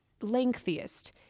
lengthiest